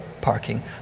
parking